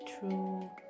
true